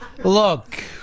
Look